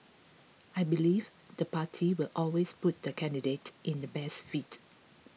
I believe the party will always put the candidate in the best fit